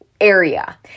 Area